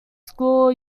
school